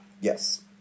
Yes